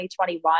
2021